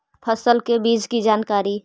फसल के बीज की जानकारी?